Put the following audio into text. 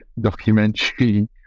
documentary